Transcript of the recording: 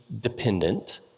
dependent